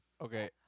Okay